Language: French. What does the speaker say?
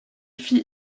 fit